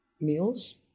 meals